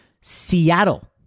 Seattle